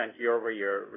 year-over-year